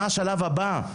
מה השלב הבא,